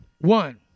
One